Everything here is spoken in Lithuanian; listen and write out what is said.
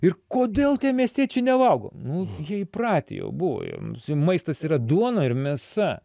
ir kodėl tie miestiečiai nevalgo nu jie įpratę jau buvo jiems maistas yra duona ir mėsa